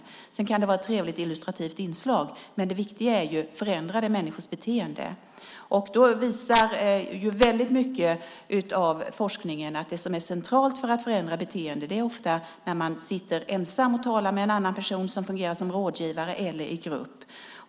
Sedan kan det också vara ett trevligt illustrativt inslag, men det viktiga är ju frågan: Förändrar den människors beteende? Väldigt mycket av forskningen visar att det som är centralt för att förändra beteendet är ofta att man sitter ensam och talar med en annan person som fungerar som rådgivare eller i grupp.